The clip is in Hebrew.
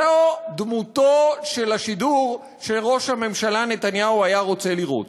זאת דמותו של השידור שראש הממשלה נתניהו היה רוצה לראות.